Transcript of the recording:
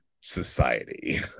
society